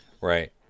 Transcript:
right